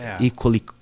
equally